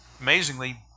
amazingly